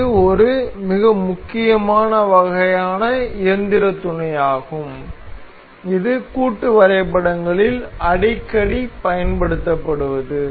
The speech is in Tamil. இது ஒரு மிக முக்கியமான வகையான இயந்திர துணையாகும் இது கூட்டு வரைபடங்களில் அடிக்கடி பயன்படுத்தப்படுகிறது